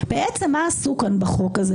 מה עשו כאן בחוק הזה?